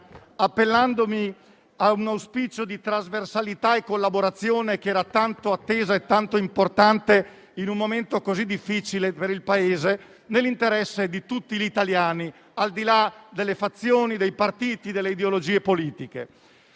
mattina con un auspicio di trasversalità e collaborazione, che era tanto atteso e importante in un momento così difficile per il Paese e nell'interesse di tutti gli italiani, al di là delle fazioni, dei partiti e delle ideologie politiche.